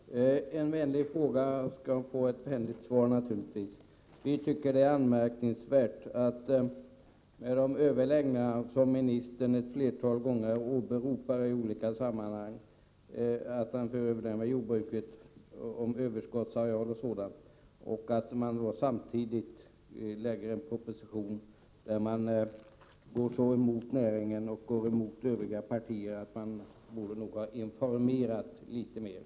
Herr talman! En vänlig fråga skall få ett vänligt svar, naturligtvis. Vi tycker att det är anmärkningsvärt att ministern för överläggningar med jordbruket om överskottsareal och annat, som han ett flertal gånger åberopar i olika sammanhang, och sedan lägger fram en proposition, där han går emot näringen och går emot övriga partier. Han borde nog ha informerat litet mer.